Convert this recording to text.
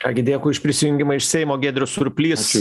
ką gi dėkui už prisijungimą iš seimo giedrius surplys